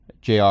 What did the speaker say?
JR